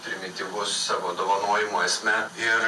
primityvus savo dovanojimo esme ir